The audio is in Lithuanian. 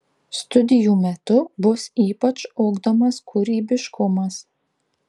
studijų metu bus ypač ugdomas kūrybiškumas